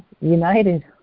united